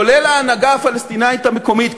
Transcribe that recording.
כולל ההנהגה הפלסטינית המקומית,